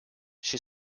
she